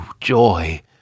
joy